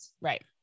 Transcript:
Right